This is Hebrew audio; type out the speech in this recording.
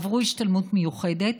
עברו השתלמות מיוחדת.